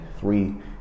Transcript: three